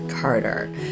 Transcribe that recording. Carter